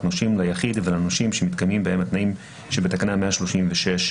נושים ליחיד ולנושים שמתקיימים בהם התנאים שבתקנה 136יא,